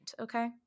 Okay